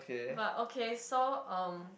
but okay so um